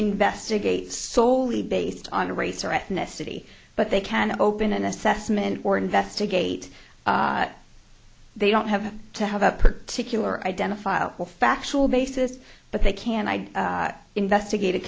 investigate soley based on race or ethnicity but they can't open an assessment or investigate they don't have to have a particular identifiable factual basis but they can i investigate